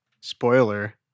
spoiler